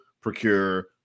procure